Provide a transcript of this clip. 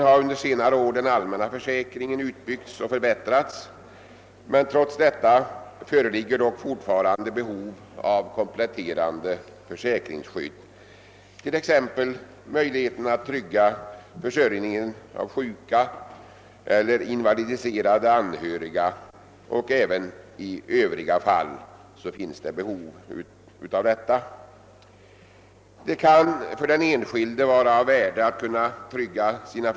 Vad nu sagts om försäkringstagaren skall äga motsvarande tillämpning i fråga om den som vid försäkringstagarens död eller eljest efter denne erhållit förfoganderätten till försäkringen.»; De relativt förmånliga regler, som gäller i fråga om beskattningen av livförsäkringar, har sin grund i att det av sociala skäl ansetts önskvärt att medborgarna skaffar sig ett gott försäkringsskydd.